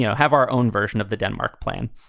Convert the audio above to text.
you know have our own version of the denmark plan.